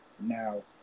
Now